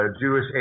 Jewish